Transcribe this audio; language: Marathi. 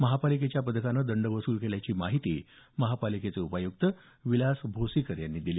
महापालिकेच्या पथकानं दंड वसूल केल्याची माहिती महापालिकेचे उपायुक्त विलास भोसीकर यांनी दिली